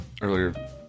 earlier